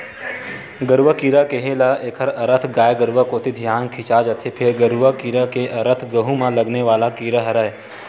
गरुआ कीरा केहे ल एखर अरथ गाय गरुवा कोती धियान खिंचा जथे, फेर गरूआ कीरा के अरथ गहूँ म लगे वाले कीरा हरय